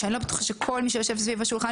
ואני לא בטוחה שכל מי שיושב סביב השולחן